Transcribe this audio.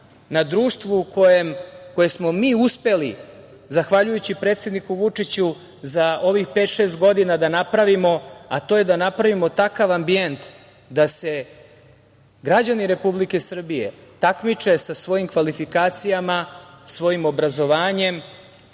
na društvu koje smo mi uspeli, zahvaljujući predsedniku Vučiću, za ovih pet, šest godina da napravimo, a to je da napravimo takav ambijent da se građani Republike Srbije takmiče sa svojim kvalifikacijama, svojim obrazovanjem,